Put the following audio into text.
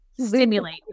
stimulate